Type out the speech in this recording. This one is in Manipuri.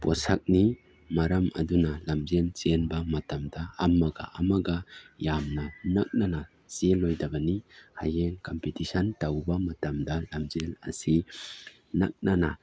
ꯄꯣꯠꯁꯛꯅꯤ ꯃꯔꯝ ꯑꯗꯨꯅ ꯂꯝꯖꯦꯟ ꯆꯦꯟꯕ ꯃꯇꯝꯗ ꯑꯃꯒ ꯑꯃꯒ ꯌꯥꯝꯅ ꯅꯛꯅꯅ ꯆꯦꯜꯂꯣꯏꯗꯕꯅꯤ ꯍꯌꯦꯡ ꯀꯝꯄꯤꯇꯤꯁꯟ ꯇꯧꯕ ꯃꯇꯝꯗ ꯂꯝꯖꯦꯟ ꯑꯁꯤ ꯅꯛꯅꯅ